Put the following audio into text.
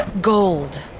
Gold